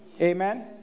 Amen